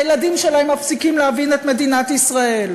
והילדים שלהם מפסיקים להבין את מדינת ישראל.